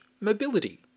mobility